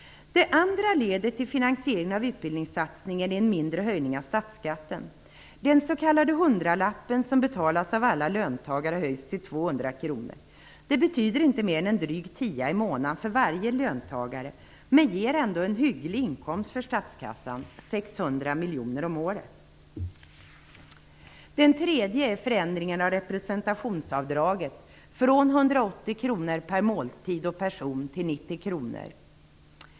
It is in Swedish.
Det andra ledet i finansieringen av utbildningssatsningen är en mindre höjning av statsskatten. Den s.k. hundralappen, som betalas av alla löntagare, höjs till 200 kr. Det betyder inte mer än drygt en tia i månaden för varje löntagare men ger ändå statskassan en hygglig inkomst - 600 miljoner kronor om året.